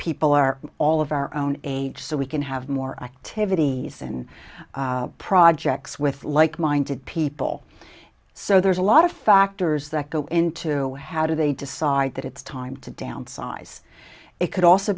people are all of our own age so we can have more activity than projects with like minded people so there's a lot of factors that go into how do they decide that it's time to downsize it could also